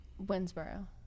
Winsboro